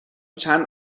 چند